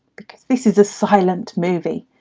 because this is a silent movie.